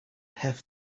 have